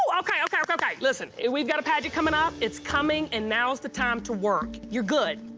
okay, okay, okay, okay, listen. we've got a pageant coming up. it's coming, and now is the time to work. you're good.